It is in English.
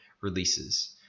releases